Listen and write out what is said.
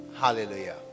Hallelujah